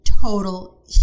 total